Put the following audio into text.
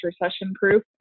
recession-proof